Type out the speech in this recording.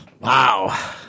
Wow